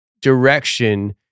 direction